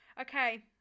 Okay